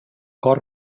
cor